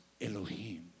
Elohim